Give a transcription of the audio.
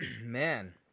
man